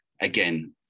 again